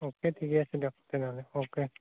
okay ঠিকে আছে দিয়ক তেনেহ'লে অ'কে